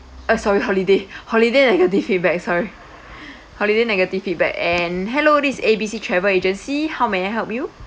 eh sorry holiday holiday negative feedback sorry holiday negative feedback and hello this A B C travel agency how may I help you